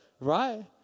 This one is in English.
right